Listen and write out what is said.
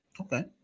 Okay